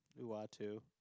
Uatu